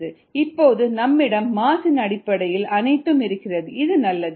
rdVddt இப்போது நம்மிடம் mass இன் அடிப்படையில் அனைத்தும் இருக்கிறது இது நல்லது